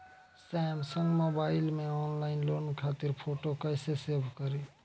Samsung mobile में online loan खातिर photo कैसे सेभ करीं?